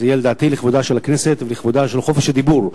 לדעתי זה יהיה לכבודה של הכנסת ולכבוד חופש הדיבור,